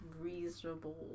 reasonable